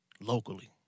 locally